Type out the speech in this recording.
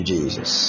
Jesus